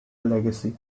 legacy